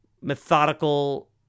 methodical